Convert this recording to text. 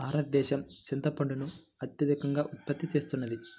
భారతదేశం చింతపండును అత్యధికంగా ఉత్పత్తి చేస్తున్నది